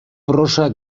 prosa